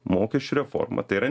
mokesčių reforma tai yra